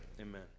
amen